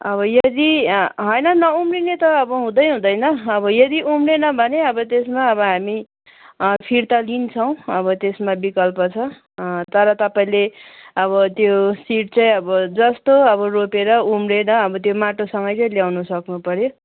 अब यदि होइन नउम्रिने त अब हुँदै हुँदैन अब यदि उम्रिएन भने अब त्यसमा अब हामी फिर्ता लिन्छौँ अब त्यसमा बिकल्प छ तर तपाईँले अब त्यो सिड चाहिँ अब जस्तो अब रोपर उम्रिएर अब त्यो माटोसँगै चाहिँ लेउनु सक्नु पऱ्यो